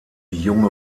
junge